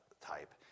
type